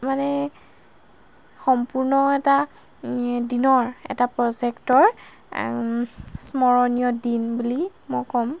মানে সম্পূৰ্ণ এটা দিনৰ এটা প্ৰজেক্টৰ স্মৰণীয় দিন বুলি মই ক'ম